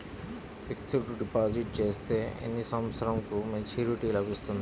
Fixed deposit చేస్తే ఎన్ని సంవత్సరంకు మెచూరిటీ లభిస్తుంది?